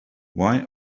why